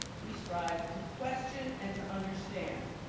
we strive to question and to understand.